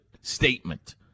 statement